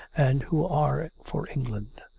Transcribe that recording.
and who are for england.